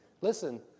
Listen